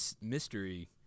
mystery